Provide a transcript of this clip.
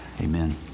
Amen